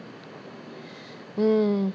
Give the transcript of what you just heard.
hmm